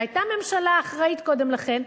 היתה ממשלה אחראית קודם לכן,